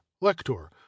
lector